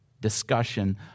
discussion